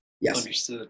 Yes